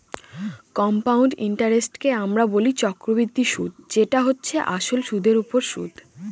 compound ইন্টারেস্টকে আমরা বলি চক্রবৃদ্ধি সুদ যেটা হচ্ছে আসলে সুধের ওপর সুদ